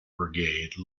brigade